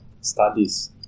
studies